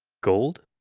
gold?